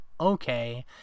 okay